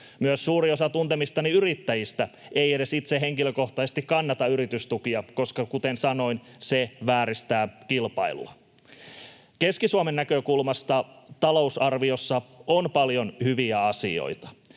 Myös suuri osa tuntemistani yrittäjistä ei edes itse henkilökohtaisesti kannata yritystukia, koska kuten sanoin, ne vääristävät kilpailua. Keski-Suomen näkökulmasta talousarviossa on paljon hyviä asioita.